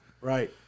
Right